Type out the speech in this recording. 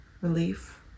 relief